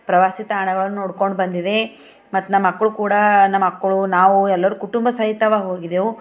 ಪ್ರವಾಸಿ ತಾಣಗಳನ್ನು ನೋಡ್ಕೊಂಡು ಬಂದಿವೆ ಮತ್ತು ನಮ್ಮ ಮಕ್ಕಳು ಕೂಡ ನಮ್ಮ ಮಕ್ಕಳು ನಾವು ಎಲ್ಲರೂ ಕುಟುಂಬ ಸಹಿತವೂ ಹೋಗಿದ್ದೆವು